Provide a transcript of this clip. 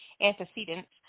antecedents